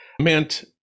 meant